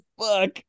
fuck